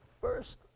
first